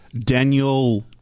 Daniel